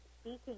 speaking